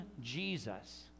Jesus